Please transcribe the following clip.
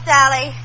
Sally